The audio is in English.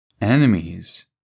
enemies